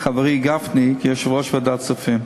חברי גפני כיושב-ראש ועדת הכספים.